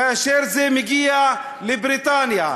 כאשר זה מגיע לבריטניה,